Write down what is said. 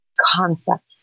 concept